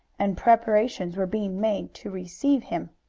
and preparations were being made to receive him.